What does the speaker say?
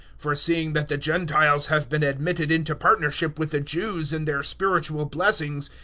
for seeing that the gentiles have been admitted in to partnership with the jews in their spiritual blessings,